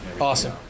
Awesome